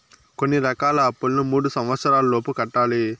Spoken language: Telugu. కొన్ని రకాల అప్పులను మూడు సంవచ్చరాల లోపు కట్టాలి